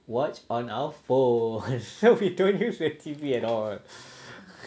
watch on our phone we don't use the T_V at all